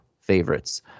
favorites